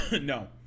No